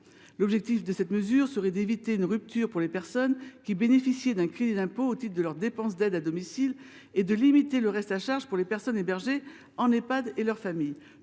L’objectif de cette mesure est d’éviter une rupture pour les personnes qui bénéficiaient d’un crédit d’impôt au titre de leurs dépenses d’aide à domicile et de limiter le reste à charge pour les personnes hébergées en Ehpad et pour leur famille.